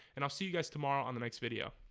and i'll see you guys tomorrow on the next video